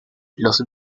los